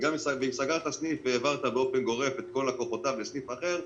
ואם סגרת סניף והעברת באופן גורף את כל לקוחותיו לסניף אחר,